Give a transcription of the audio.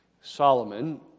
Solomon